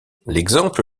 l’exemple